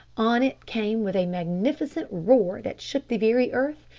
on it came with a magnificent roar that shook the very earth,